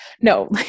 no